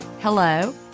hello